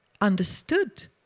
understood